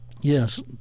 Yes